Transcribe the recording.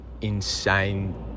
insane